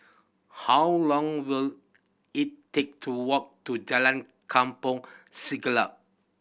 how long will it take to walk to Jalan Kampong Siglap